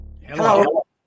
Hello